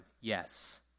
yes